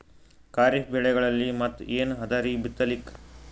ಖರೀಫ್ ಬೆಳೆಗಳಲ್ಲಿ ಮತ್ ಏನ್ ಅದರೀ ಬಿತ್ತಲಿಕ್?